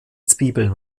zwiebeln